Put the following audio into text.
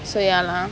so ya lah